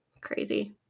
crazy